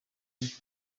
y’epfo